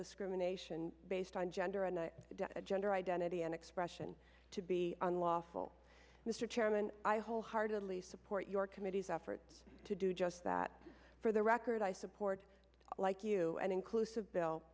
discrimination based on gender and gender identity and expression to be unlawful mr chairman i wholeheartedly support your committee's efforts to do just that for the record i support like you an inclusive bill